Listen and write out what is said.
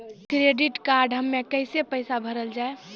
Credit card हम्मे कैसे पैसा भरल जाए?